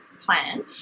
plan